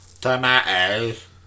Tomatoes